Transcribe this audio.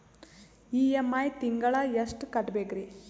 EMI ತಿಂಗಳ ಎಷ್ಟು ಕಟ್ಬಕ್ರೀ?